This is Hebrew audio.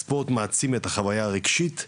הספורט מעצים את החוויה הרגשית,